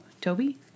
Toby